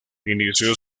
inició